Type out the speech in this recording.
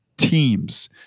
Teams